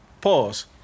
Pause